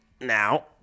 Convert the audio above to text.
now